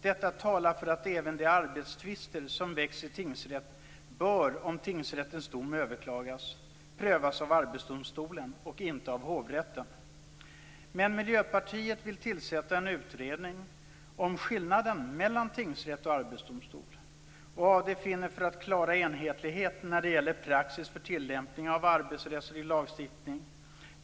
Detta talar för att även de arbetstvister som väcks i tingsrätt bör, om tingsrättens dom överklagas, prövas av Arbetsdomstolen och inte av hovrätten. Men Miljöpartiet vill tillsätta en utredning om skillnaden mellan tingsrätt och arbetsdomstol. AD finns för att klara enhetlighet när det gäller praxis för tillämpning av arbetsrättslig lagstiftning.